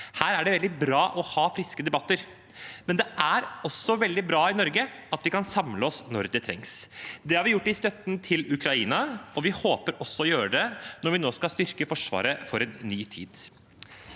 Her er det veldig bra å ha friske debatter. Men det er også veldig bra at vi i Norge kan samle oss når det trengs. Det har vi gjort i støtten til Ukraina, og vi håper også å gjøre det når vi nå skal styrke Forsvaret for en ny tid.